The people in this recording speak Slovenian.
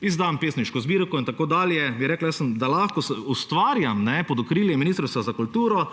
izdam pesniško zbirko in tako dalje; da lahko ustvarjam pod okriljem Ministrstva za kulturo,